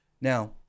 Now